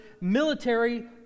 military